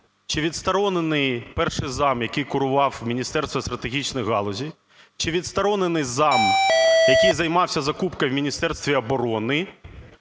Чи відсторонений перший зам, який курував Міністерство стратегічних галузей? Чи відсторонений зам, який займався закупкою в Міністерстві оборони?